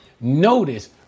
Notice